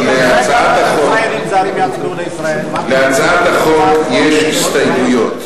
היושב-ראש, להצעת החוק יש הסתייגויות.